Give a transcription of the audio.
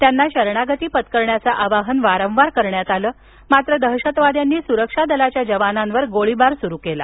त्यांना शरणागती पत्करण्याचं आवाहन वारंवार करण्यात आलं मात्र दहशतवाद्यांनी सुरक्षा दलाच्या जवानांवर गोळीबार सुरु केला